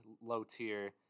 low-tier